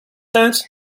that